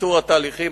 קיצור התהליכים,